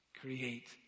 create